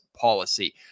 policy